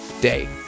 Day